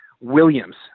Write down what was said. Williams